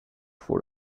for